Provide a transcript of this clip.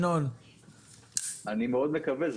אני מאוד מקווה.